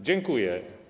Dziękuję.